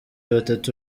batatu